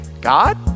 God